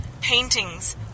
paintings